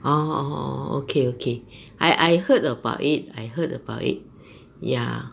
orh orh orh okay I I heard about it I heard about it ya